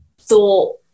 thought